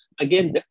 Again